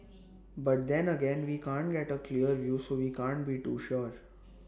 but then again we can't get A clear view so we can't be too sure